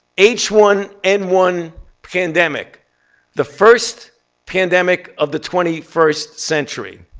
h one n one pandemic the first pandemic of the twenty first century.